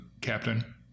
captain